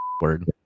word